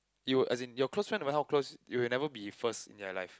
you will as in your close friends will not close you will never be first in their life